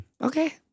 Okay